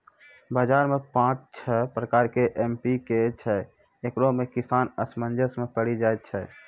बाजार मे पाँच छह प्रकार के एम.पी.के छैय, इकरो मे किसान असमंजस मे पड़ी जाय छैय?